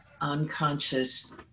unconscious